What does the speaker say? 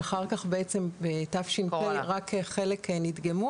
כי אחר כך רק חלק נדגמו,